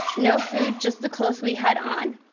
no food, just the clothes we had on.